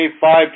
five